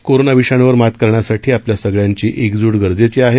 corona विषाणूवर मात करण्यासाठी आपल्या सगळ्यांची एकजूट गरजेची आहे